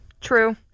True